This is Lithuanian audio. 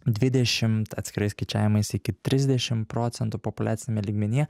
dvidešimt atskirais skaičiavimais iki trisdešim procentų populiaciniame lygmenyje